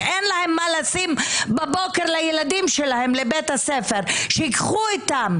שאין להם בבוקר מה לשים לילדים שלהם לבית הספר שייקחו איתם,